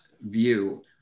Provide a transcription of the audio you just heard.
view